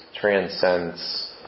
transcends